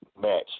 match